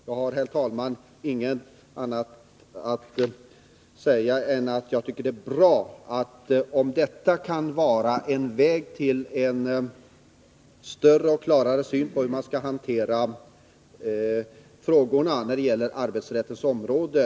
Jag har, herr talman, inget annat att säga än att det är bra om denna prövning i ett större sammanhang kan vara en väg till en klarare syn på hur man skall hantera frågorna på arbetsrättens område.